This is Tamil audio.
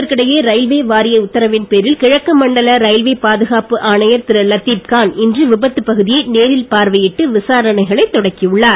இதற்கிடையே ரயில்வே வாரிய உத்தரவின் பேரில் கிழக்கு மண்டல ரயில்வே பாதுகாப்பு ஆணையர் திரு லத்தீப் கான் இன்று விபத்து பகுதியை நேரில் பார்வையிட்டு விசாரணைகளை தொடக்கி உள்ளார்